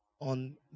on